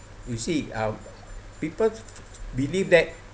you see uh people believe that